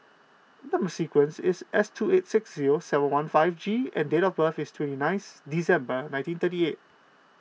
Number Sequence is S two eight six zero seven one five G and date of birth is twenty ninth December nineteen thirty eight